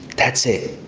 that's it.